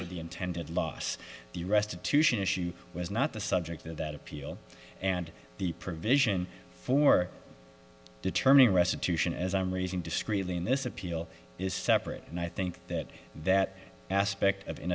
for the intended loss the restitution issue was not the subject of that appeal and the provision for determining restitution as i'm raising discreetly in this appeal is separate and i think that that aspect of